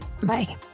Bye